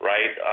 Right